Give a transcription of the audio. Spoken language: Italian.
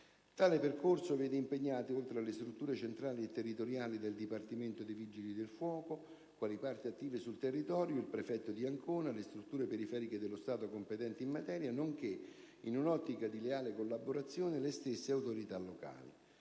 Tale percorso vede impegnati, oltre alle strutture centrali e territoriali del dipartimento dei Vigili del fuoco, quali parti attive sul territorio, il prefetto di Ancona, le strutture periferiche dello Stato competenti in materia, nonché, in un'ottica di leale collaborazione, le stesse autorità locali.